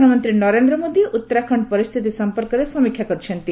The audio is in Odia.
ପ୍ରଧାନମନ୍ତ୍ରୀ ନରେନ୍ଦ୍ର ମୋଦି ଉତ୍ତରାଖଣ୍ଡ ପରିସ୍ଥିତି ସମ୍ପର୍କରେ ସମୀକ୍ଷା କରିଛନ୍ତି